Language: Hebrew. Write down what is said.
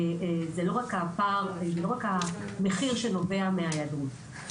זה לא רק המחיר שנובע מההיעדרות.